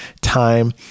time